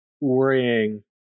worrying